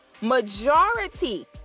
majority